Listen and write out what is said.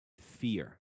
fear